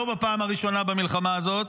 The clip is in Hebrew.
לא בפעם הראשונה במלחמה הזאת,